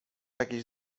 jakie